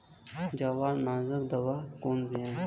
जवार नाशक दवा कौन सी है?